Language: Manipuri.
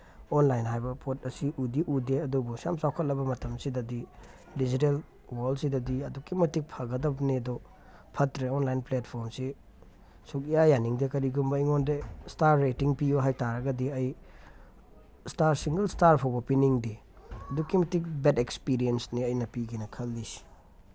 ꯑꯣꯟꯂꯥꯏꯟ ꯍꯥꯏꯕ ꯄꯣꯠ ꯑꯁꯤ ꯎꯗꯤ ꯎꯗꯦ ꯑꯗꯨꯕꯨ ꯑꯁꯨꯛ ꯌꯥꯝ ꯆꯥꯎꯈꯠꯂꯕ ꯃꯇꯝꯁꯤꯗꯗꯤ ꯗꯤꯖꯤꯇꯦꯜ ꯋꯥꯔꯜꯁꯤꯗꯗꯤ ꯑꯗꯨꯛꯀꯤ ꯃꯇꯤꯛ ꯐꯒꯗꯝꯅꯦ ꯑꯗꯨ ꯐꯠꯇ꯭ꯔꯦ ꯑꯣꯟꯂꯥꯏꯟ ꯄ꯭ꯂꯦꯠꯐꯣꯝꯁꯤ ꯁꯨꯛꯌꯥ ꯌꯥꯅꯤꯡꯗꯦ ꯀꯔꯤꯒꯨꯝꯕ ꯑꯩꯉꯣꯟꯗ ꯏꯁꯇꯥꯔ ꯔꯦꯇꯤꯡ ꯄꯤꯌꯨ ꯍꯥꯏ ꯇꯥꯔꯒꯗꯤ ꯑꯩ ꯏꯁꯇꯥꯔ ꯁꯤꯡꯒꯜ ꯏꯁꯇꯥꯔ ꯐꯥꯎꯕ ꯄꯤꯅꯤꯡꯗꯦ ꯑꯗꯨꯛꯀꯤ ꯃꯇꯤꯛ ꯕꯦꯠ ꯑꯦꯛꯁꯄꯤꯔꯤꯌꯦꯟꯁꯅꯤ ꯑꯩꯅ ꯄꯤꯒꯦꯅ ꯈꯜꯂꯤꯁꯤ